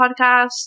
podcast